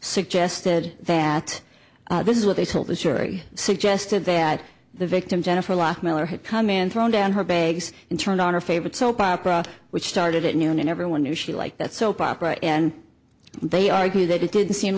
suggested that this is what they told the jury suggested that the victim jennifer la miller had come in thrown down her bags and turned on her favorite soap opera which started at noon and everyone knew she liked that soap opera and they argue that it didn't seem